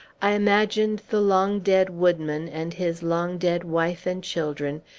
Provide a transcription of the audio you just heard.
i imagined the long-dead woodman, and his long-dead wife and children,